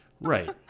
Right